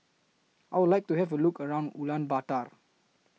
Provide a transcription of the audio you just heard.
I Would like to Have A Look around Ulaanbaatar